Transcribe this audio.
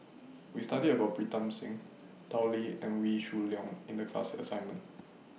We studied about Pritam Singh Tao Li and Wee Shoo Leong in The class assignment